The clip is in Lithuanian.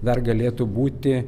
dar galėtų būti